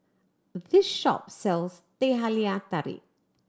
this shop sells Teh Halia Tarik